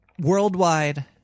worldwide